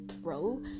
throw